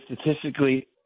Statistically